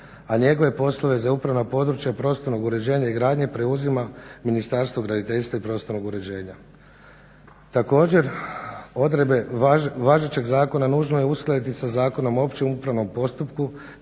a njegove poslove za upravna područja prostornog uređenja i gradnje preuzima Ministarstvo graditeljstva i prostornog uređenja. Također, odredbe važećeg zakona nužno je uskladiti sa zakonom o općem upravnom postupku